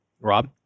Rob